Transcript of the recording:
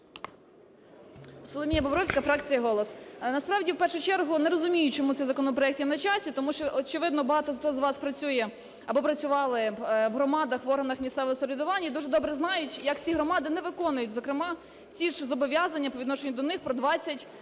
Соломія Бобровська, фракція "Голос". Насправді в першу чергу не розумію, чому цей законопроект є на часі, тому що, очевидно, багато хто з вас працює або працювали в громадах, в органах місцевого самоврядування і дуже добре знають, як ці ж громади не виконують зокрема ці ж зобов'язання по відношенню до них про 20